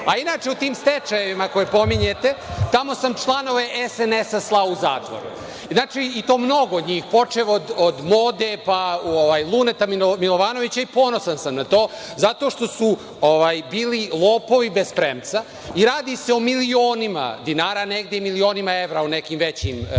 nisam. Inače, u tim stečajevima koje pominjete, tamo sam članove SNS slao u zatvor, dakle mnogo njih, počev od „Mode“, pa „Luneta Milovanovića“ i ponosan sam na to, zato što su bili lopovi bez premca i radi se o milionima dinara, ili milionima evra u nekim većim preduzećima,